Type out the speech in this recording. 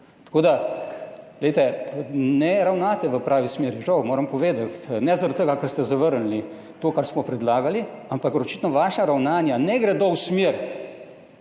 glejte, ne ravnate v pravi smeri, žal moram povedati. Ne zaradi tega, ker ste zavrnili to, kar smo predlagali, ampak očitno vaša ravnanja ne gredo v smer,